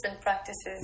practices